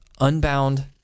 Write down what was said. unbound